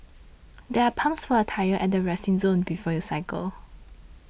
there are pumps for your tyres at the resting zone before you cycle